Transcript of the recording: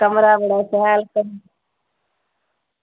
कमरा बड़ा शैल